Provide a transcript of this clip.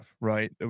right